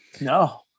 No